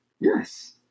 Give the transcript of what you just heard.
Yes